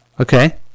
Okay